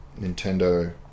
Nintendo